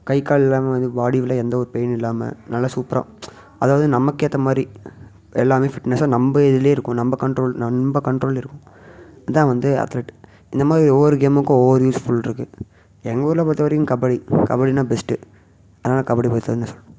கை கால் எல்லாமே வந்து பாடிக்குள்ள எந்த ஒரு பெயின் இல்லாமல் நல்லா சூப்பராக அதாவது நம்மக்கேற்ற மாதிரி இப்போ எல்லாமே ஃபிட்னஸ்ஸாக நம்ம இதிலே இருக்கும் நம்ம கண்ட்ரோல் நம்ம கண்ட்ரோல் இருக்கும் இதுதான் வந்து அத்லட்டு இந்த மாதிரி ஒவ்வொரு கேமுக்கும் ஒவ்வொரு யூஸ்ஃபுல்ருக்கு எங்கூர்ல பொறுத்த வரையும் கபடி கபடின்னால் பெஸ்ட்டு அதனால் கபடி பொறுத்த வரையும் இதை சொல்லணும்